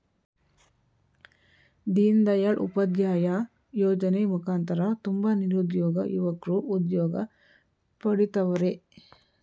ದೀನ್ ದಯಾಳ್ ಉಪಾಧ್ಯಾಯ ಯೋಜನೆ ಮುಖಾಂತರ ತುಂಬ ನಿರುದ್ಯೋಗ ಯುವಕ್ರು ಉದ್ಯೋಗ ಪಡಿತವರ್ರೆ